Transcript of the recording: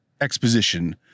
Exposition